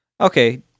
Okay